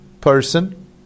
person